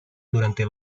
durante